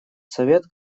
совет